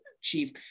chief